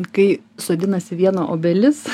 kai sodinasi viena obelis